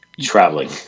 Traveling